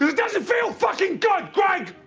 doesn't feel fucking dog gag.